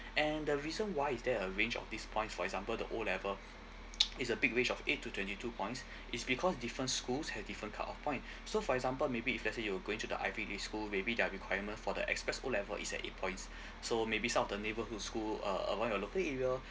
and the reason why is there a range of these points for example the O level it's a big range of eight to twenty two points is because different schools have different cut off point so for example maybe if let's say you'll going to the ivy league school maybe their requirement for the express O level is at eight points so maybe some of the neighborhood school uh among the local area